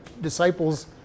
disciples